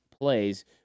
plays